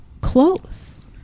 close